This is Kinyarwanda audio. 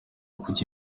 kujya